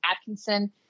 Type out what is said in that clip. Atkinson